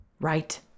right